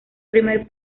primer